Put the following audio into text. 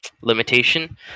limitation